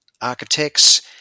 architects